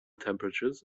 temperatures